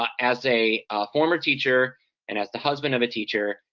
um as a former teacher and as the husband of a teacher,